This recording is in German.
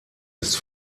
ist